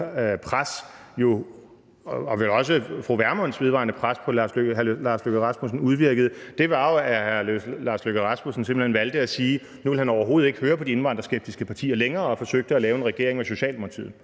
og vel også fru Pernille Vermunds vedvarende pres på hr. Lars Løkke Rasmussen udvirkede, var jo, at hr. Lars Løkke Rasmussen simpelt hen valgte at sige, at nu ville han overhovedet ikke høre på de indvandrerskeptiske partier længere, og han forsøgte at lave en regering med Socialdemokratiet.